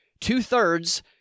Two-thirds